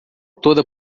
toda